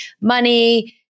money